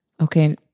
Okay